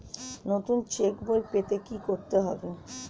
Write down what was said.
নতুন চেক বই পেতে কী করতে হবে?